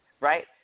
Right